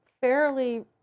fairly